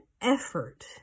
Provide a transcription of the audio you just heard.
effort